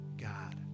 God